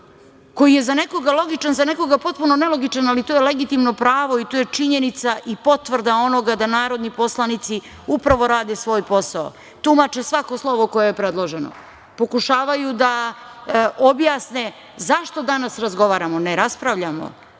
koji je za nekoga logičan, za nekoga potpuno nelogičan, ali to je legitimno pravo i to je činjenica i potvrda onoga da narodni poslanici upravo rade svoj posao, tumače svako slovo koje je predloženo, pokušavaju da objasne zašto danas razgovaramo, ne raspravljamo,